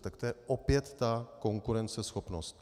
Tak to je opět ta konkurenceschopnost.